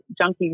junkies